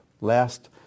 Last